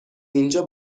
اینجا